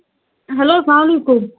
hello سلام علیکُم